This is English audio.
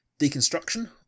deconstruction